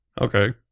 Okay